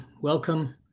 welcome